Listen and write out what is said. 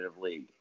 league